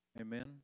Amen